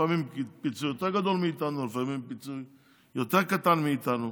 לפעמים פיצוי יותר גדול מאיתנו,